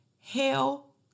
hell